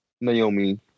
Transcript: Naomi